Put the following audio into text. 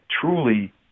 truly